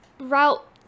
Route